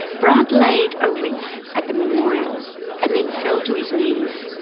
brandt laid a wreath at the memorial and then fell to his knees.